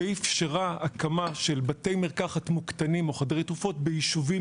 ואפשרה הקמה של בתי מרקחת מוקטנים או חדרי תרופות ביישובים